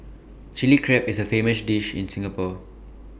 Chilli Crab is A famous dish in Singapore